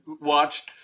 watched